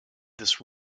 this